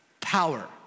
power